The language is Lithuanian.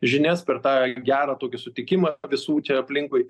žinias per tą gerą tokį sutikimą visų čia aplinkui